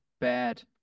bad